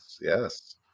yes